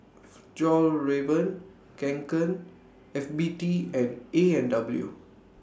Fjallraven Kanken F B T and A and W